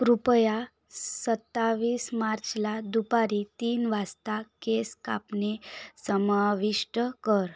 कृपया सत्तावीस मार्चला दुपारी तीन वासता केस कापणे समाविष्ट कर